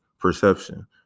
perception